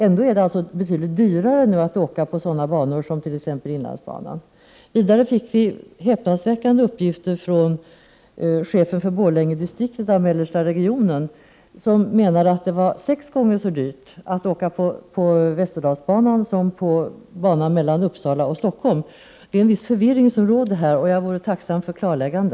Ändå är det nu betydligt dyrare att åka på sådana banor som inlandsbanan. Vidare fick vi häpnadsväckande uppgifter från chefen för Borlängedistriktet i mellersta regionen, som menade att det var sex gånger så dyrt att åka på Västerdalsbanan som att åka på banan mellan Uppsala och Stockholm. Det råder en viss förvirring, och jag vore tacksam för ett klarläggande.